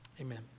amen